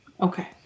Okay